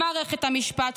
מערכת המשפט,